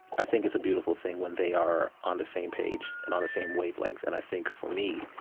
i think it's a beautiful thing when they are on the same page and on the same wavelength. and i think, for me,